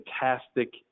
fantastic